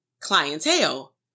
clientele